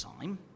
time